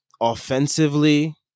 offensively